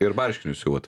ir marškinius siuvat